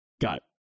got